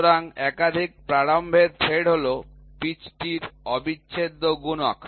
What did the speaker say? সুতরাং একাধিক প্রারম্ভের থ্রেড হল পিচটির অবিচ্ছেদ্য গুনক